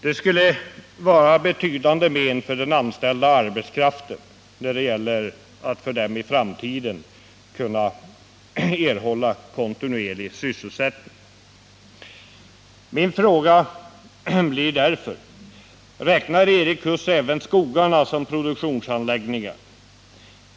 Det skulle innebära betydande men för den anställda arbetskraften när det gäller att för dem i framtiden erhålla kontinuerlig sysselsättning. Jag frågar därför: Räknar Erik Huss även skogarna som produktionsanläggningar?